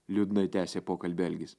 liūdnai tęsė pokalbį algis